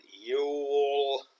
Yule